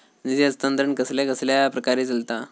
निधी हस्तांतरण कसल्या कसल्या प्रकारे चलता?